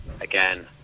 again